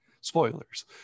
Spoilers